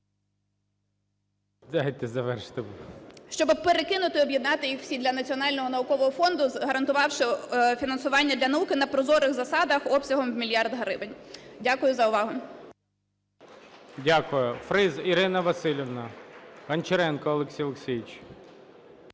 Дякую за увагу.